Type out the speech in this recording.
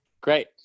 Great